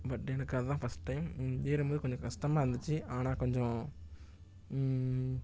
but எனக்கு அது தான் ஃபர்ஸ்ட் டைம் ஏறும்போது கொஞ்சம் கஷ்டமாக இருந்துச்சு ஆனால் கொஞ்சம்